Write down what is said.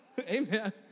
Amen